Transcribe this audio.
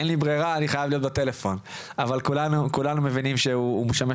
אין לי ברירה ואני חייב להיות בטלפון.." אבל כולנו מבינים שהוא משמש